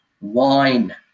wine